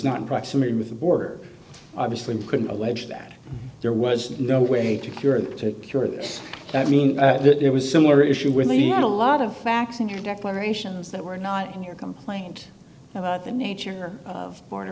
not in proximity with the border obviously couldn't allege that there was no way to cure the cure i mean it was a similar issue with leaving a lot of facts in your declarations that were not in your complaint about the nature of border